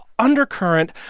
undercurrent